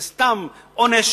זה סתם עונש